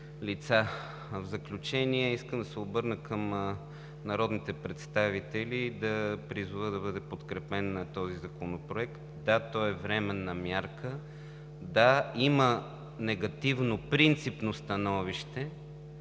В заключение, искам да се обърна към народните представители и да призова да бъде подкрепен този законопроект. Да, той е временна мярка. Да, има негативно принципно становище